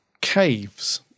Caves